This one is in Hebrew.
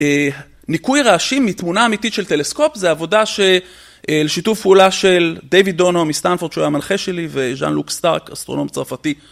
ניקוי רעשים מתמונה אמיתית של טלסקופ זו עבודה של שיתוף פעולה של דויד דונו מסטנפורד שהיה מנחה שלי וז'אן לוק סטארק אסטרונום צרפתי